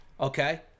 okay